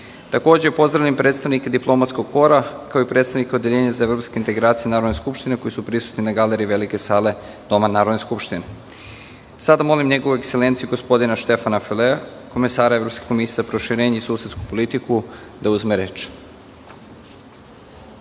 pozdravljam i predstavnike diplomatskog kora, kao i predstavnike Odeljenja za evropske integracije Narodne skupštine, koji su prisutni na galeriji Velike sale Doma Narodne skupštine. Sada molim Njegovu ekselenciju, gospodina Štefana Filea, komesara Evropske komisije za proširenje i susedsku politiku, da uzme reč.